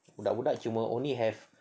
budak-budak cuma only have